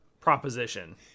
proposition